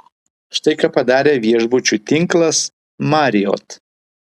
štai ką padarė viešbučių tinklas marriott